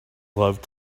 loved